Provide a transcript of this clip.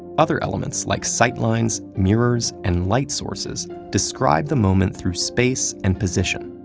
other elements, like sight lines, mirrors, and light sources describe the moment through space and position.